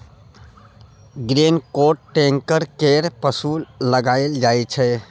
grain cart tractor केर पाछु लगाएल जाइ छै